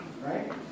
right